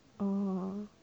orh